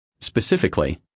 Specifically